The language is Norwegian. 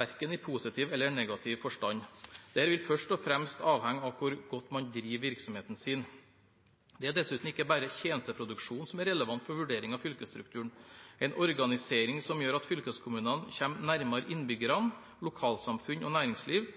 enten i positiv eller i negativ forstand. Dette vil først og fremst avhenge av hvor godt man driver virksomheten sin. Det er dessuten ikke bare tjenesteproduksjonen som er relevant for vurdering av fylkesstrukturen. En organisering som gjør at fylkeskommunen kommer nærmere innbyggerne, lokalsamfunn og næringsliv,